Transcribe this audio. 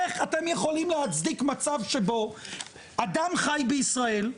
איך אתם יכולים להצדיק מצב שבו אדם שחי בישראל,